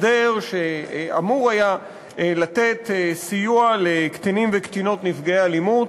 הסדר שאמור היה לתת סיוע לקטינים וקטינות נפגעי אלימות,